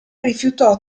rifiutò